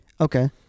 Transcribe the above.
Okay